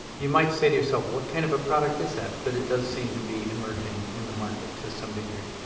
you might say to yourself, what kind of a product is that, but it does seem to be emerging in the market to some degree.